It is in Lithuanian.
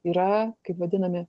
yra kaip vadinami